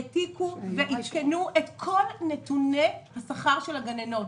ועדכנו את כל נתוני השכר של הגננות.